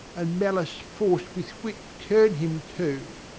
and malice forced with wit, turn him to?